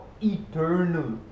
eternal